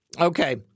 Okay